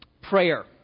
prayer